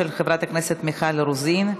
של חברת הכנסת מיכל רוזין,